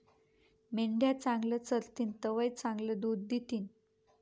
मेंढ्या चांगलं चरतीन तवय चांगलं दूध दितीन